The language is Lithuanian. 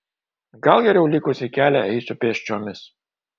gal geriau likusį kelią eisiu pėsčiomis